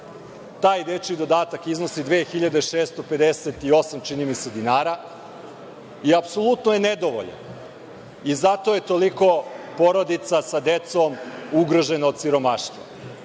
taj dečiji dodatak iznosi 2.658 dinara i apsolutno je nedovoljan i zato je toliko porodica sa decom ugroženo od siromaštva. Ovaj